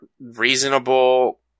reasonable